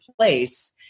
place